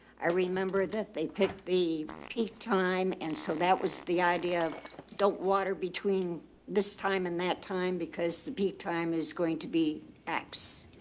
i remember that they picked the peak time and so that was the idea of don't water between this time and that time because the peak time is going to be x.